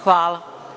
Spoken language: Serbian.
Hvala.